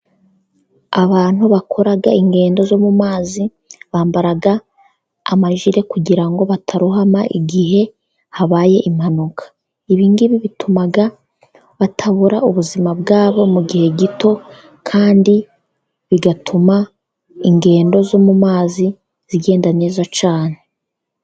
Abantu bakora ingendo zo mu mazi, bambara amajire kugira ngo batarohama, igihe habaye impanuka. Ibi ngibi bituma batabura ubuzima bwabo mu gihe gito, kandi bigatuma ingendo zo mu mazi zigenda neza cyane.